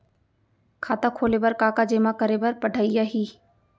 खाता खोले बर का का जेमा करे बर पढ़इया ही?